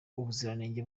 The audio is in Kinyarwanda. ubuziranenge